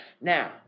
Now